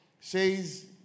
says